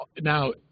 Now